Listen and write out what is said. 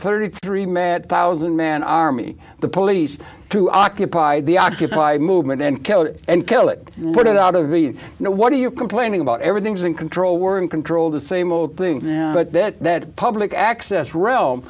thirty three mad one thousand man army the police to occupy the occupy movement and kill it and kill it and put it out of the you know what are you complaining about everything's in control were in control the same old thing but that public access realm